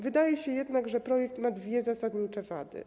Wydaje się jednak, że projekt ma dwie zasadnicze wady.